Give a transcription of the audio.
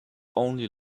only